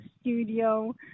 studio